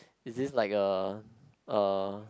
is it like a a